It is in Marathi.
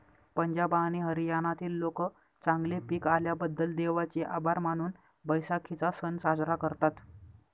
पंजाब आणि हरियाणातील लोक चांगले पीक आल्याबद्दल देवाचे आभार मानून बैसाखीचा सण साजरा करतात